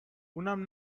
اونم